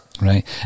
Right